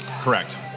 Correct